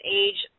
age